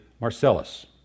Marcellus